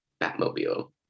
Batmobile